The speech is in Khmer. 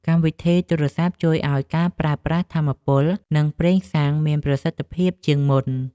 កម្មវិធីទូរសព្ទជួយឱ្យការប្រើប្រាស់ថាមពល និងប្រេងសាំងមានប្រសិទ្ធភាពជាងមុន។